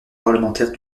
parlementaires